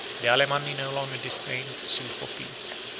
the alemanni no longer disdained to sue for peace.